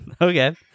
Okay